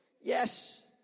Yes